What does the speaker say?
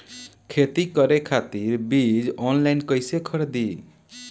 खेती करे खातिर बीज ऑनलाइन कइसे खरीदी?